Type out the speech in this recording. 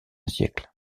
siècle